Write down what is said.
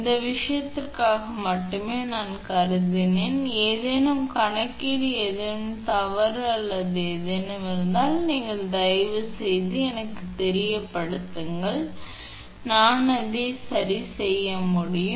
இந்த விஷயத்திற்காக மட்டுமே நான் கருதினேன் ஏதேனும் கணக்கீடு ஏதேனும் தவறு அல்லது ஏதேனும் இருந்தால் நீங்கள் தயவுசெய்து எனக்குத் தெரியப்படுத்துங்கள் நான் என்னை சரிசெய்ய முடியும்